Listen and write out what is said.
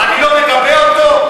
אני לא מגבה אותו?